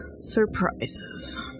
surprises